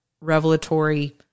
revelatory